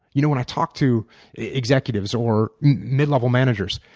you know when i talk to executives or mid-level managers,